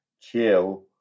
Chill